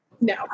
No